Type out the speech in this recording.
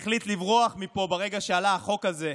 שהחליט לברוח מפה ברגע שעלה החוק הזה,